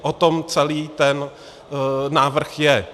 O tom celý ten návrh je.